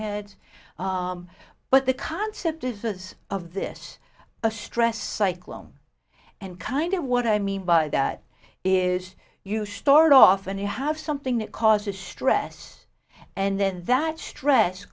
heads but the concept is of this a stress cycle and kind of what i mean by that is you start off and you have something that causes stress and then that stress